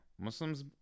muslims